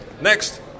Next